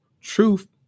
truth